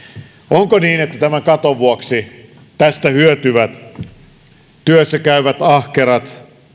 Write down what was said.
onko niin että tämän katon vuoksi tästä hyötyvät työssä käyvät ahkerat